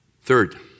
Third